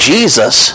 Jesus